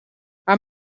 haar